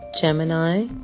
Gemini